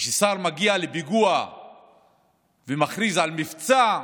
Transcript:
כששר מגיע לפיגוע ומכריז על מבצע,